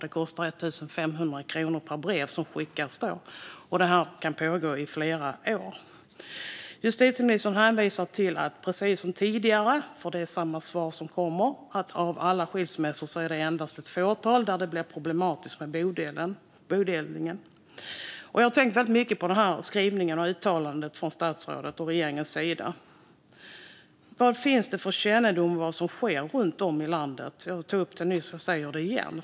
Det kostar 1 500 kronor per brev som skickas, och det kan pågå i flera år. Justitieministern hänvisar, precis som i tidigare svar, till att det endast är i ett fåtal av alla skilsmässor som det blir problematiskt med bodelningen. Jag har tänkt väldigt mycket på den skrivningen och det uttalandet från statsrådets och regeringens sida. Vad finns det för kännedom om vad som sker runt om i landet? Jag tog upp det nyss och säger det igen.